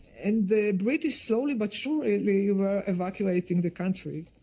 and the british slowly but surely, they were evacuating the country.